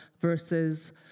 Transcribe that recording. versus